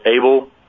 able